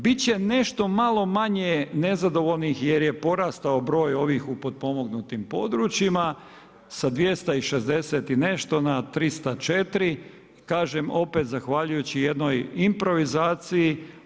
Bit će nešto malo manje nezadovoljnih jer je porastao broj ovih u potpomognutim područjima sa 260 i nešto na 304, kažem opet zahvaljujući jednoj improvizaciji.